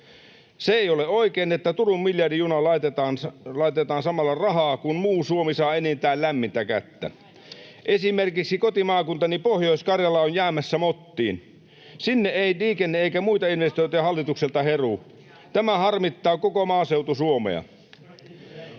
Se ei ole oikein, että Turun miljardijunaan laitetaan rahaa samalla, kun muu Suomi saa enintään lämmintä kättä. Esimerkiksi kotimaakuntani Pohjois-Karjala on jäämässä mottiin. Sinne ei liikenne- eikä muita investointeja hallitukselta heru. Tämä harmittaa koko maaseutu-Suomea.